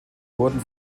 wurden